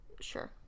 Sure